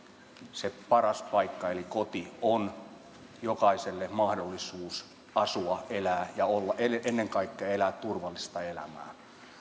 siinä parhaassa paikassa eli kodissa on jokaisella mahdollisuus asua elää ja olla ennen kaikkea elää turvallista elämää